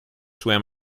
swam